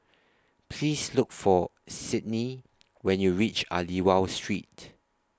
Please Look For Cydney when YOU REACH Aliwal Street